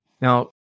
Now